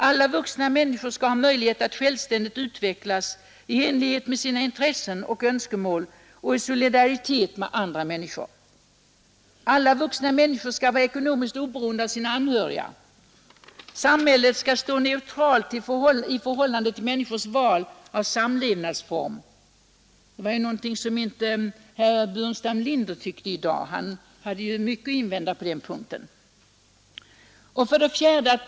Alla vuxna människor skall ha möjlighet att självständigt utvecklas i enlighet med sina intressen och önskemål och i solidaritet med andra människor. 3. Samhället skall stå neutralt i förhållande till människornas val av samlevnadsform.” Det var någonting som herr Burenstam Linder inte tyckte i dag. Han hade mycket att invända på den punkten. ”4.